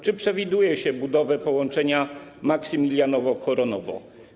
Czy przewiduje się budowę połączenia Maksymilianowo - Koronowo?